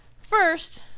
First